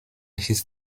his